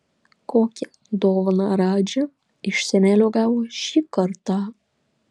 kokią dovaną radži iš senelio gavo šį kartą